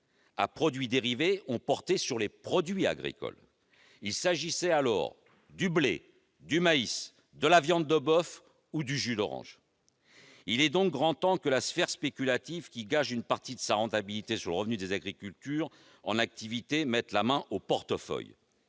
à produits dérivés ont porté sur des produits agricoles. Il s'agissait alors de blé, de maïs, de viande de boeuf ou de jus d'orange. Il est donc grand temps que la sphère spéculative, qui gage une partie de sa rentabilité sur le revenu des agriculteurs en activité, mette la main au portefeuille.